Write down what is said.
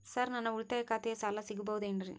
Sir ನನ್ನ ಉಳಿತಾಯ ಖಾತೆಯ ಸಾಲ ಸಿಗಬಹುದೇನ್ರಿ?